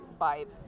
vibe